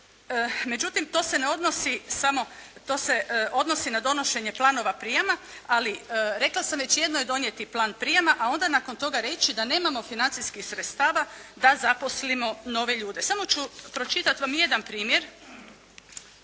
Međutim to se ne odnosi samo, to se odnosi na donošenje planova prijema ali rekla sam već jedno je donijeti plan prijema a onda nakon toga reći da nemamo financijskih sredstava da zaposlimo nove ljude. Samo ću pročitati jedan primjer